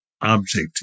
object